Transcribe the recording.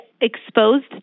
exposed